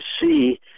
see